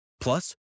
Plus